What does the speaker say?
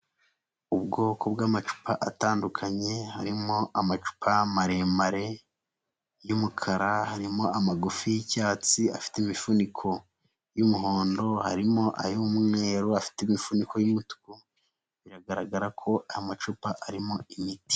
Ubwoko bw'amacupa atandukanye harimo amacupa maremare y'umukara harimo amagufi y'cyatsi afite imifuniko y'umuhondo, harimo ay'umweru afite imifuniko y'umutuku biragaragara ko aya macupa arimo imiti.